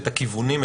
את הכיוונים,